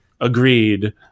agreed